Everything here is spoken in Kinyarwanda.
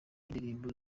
ndirimbo